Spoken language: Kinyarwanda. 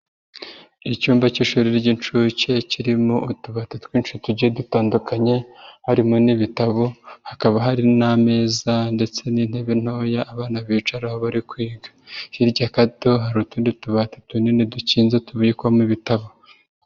Icyumba cy'ishuri ry'inshuke kirimo utubati twinshi tugiye dutandukanye harimo n'ibitabo hakaba hari n'ameza ndetse n'intebe ntoya abana bicararaho bari kwiga, hirya gato hari utundi tubati tunini dukinze tubikwamo ibitabo.